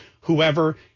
whoever